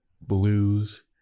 blues